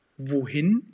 Wohin